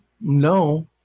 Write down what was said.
No